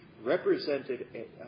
represented